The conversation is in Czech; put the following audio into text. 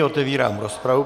Otevírám rozpravu.